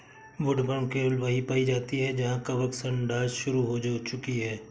woodworm केवल वहीं पाई जाती है जहां कवक सड़ांध शुरू हो चुकी है